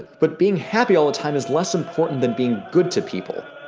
but being happy all the time is less important than being good to people.